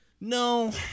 No